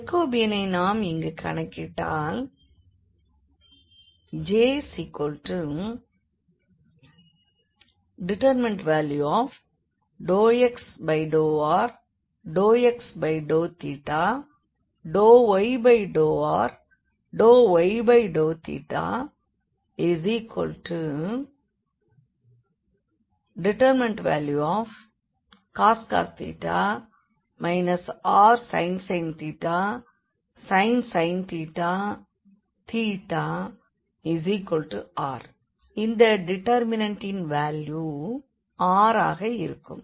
ஜேக்கோபியனை நாம் இங்கு கணக்கிட்டால் J∂x∂r ∂x∂θ ∂y∂r ∂y∂θ cos rsin sin r இந்த டிடெர்மினன்டின் வேல்யூ r ஆகும்